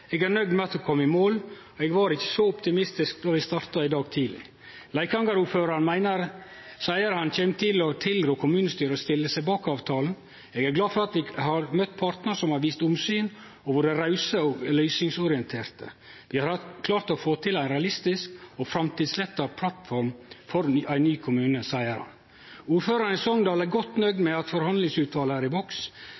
eg var ikkje så optimistisk då me starta den siste forhandlingsdagen.» Leikanger-ordføraren sa han kjem til å tilrå kommunestyret å stille seg bak avtalen. Han var glad for «at me har møtt partar som har vist omsyn, vore rause og løysingsorienterte og at me har klart å få til det eg trur er ei veldig realistisk og framtidsretta plattform for ein ny kommune». Ordføraren i Sogndal var godt nøgd